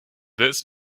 this